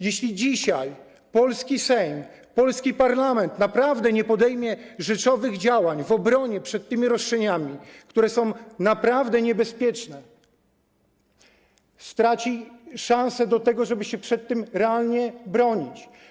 Jeśli dzisiaj polski Sejm, polski parlament naprawdę nie podejmie rzeczowych działań w obronie przed tymi roszczeniami, które są naprawdę niebezpieczne, straci szansę na to, żeby się przed tym realnie bronić.